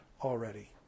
already